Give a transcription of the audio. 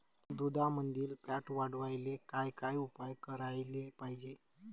दुधामंदील फॅट वाढवायले काय काय उपाय करायले पाहिजे?